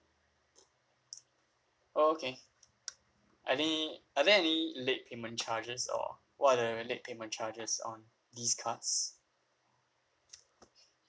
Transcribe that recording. oh okay any are there any late payment charges or what are the late payment charges on these cards